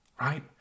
right